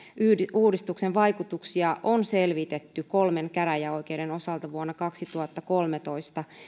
uudistuksen vaikutuksia on selvitetty kolmen käräjäoikeuden osalta vuonna kaksituhattakolmetoista